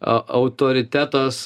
a autoritetas